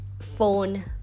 phone